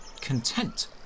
content